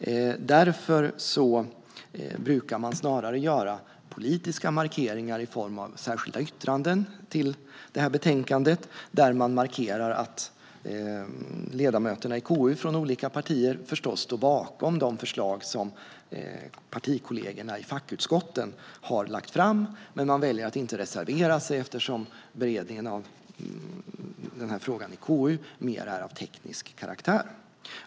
Därför brukar man snarare göra politiska markeringar i form av särskilda yttranden till betänkandet där man markerar att ledamöterna i KU från olika partier förstås står bakom de förslag som partikollegorna i fackutskotten har lagt fram. Men man väljer att inte reservera sig eftersom beredningen av frågan i KU mer är av teknisk karaktär.